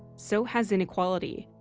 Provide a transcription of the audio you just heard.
so has inequality,